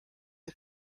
ein